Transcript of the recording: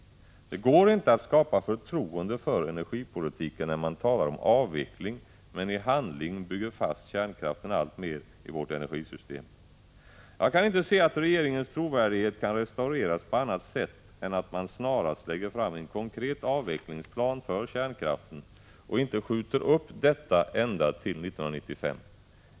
Det går inte att skapa förtroende för energipolitiken, när man talar om avveckling, men i handling alltmer bygger fast kärnkraften i vårt energisystem. Jag kan inte se att regeringens trovärdighet kan restaureras på annat sätt än att man snarast lägger fram en konkret avvecklingsplan för kärnkraften och inte skjuter upp detta ända till 1995.